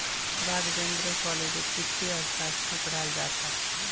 राघवेंद्र कॉलेजत वित्तीय अर्थशास्त्र पढ़ाल जा छ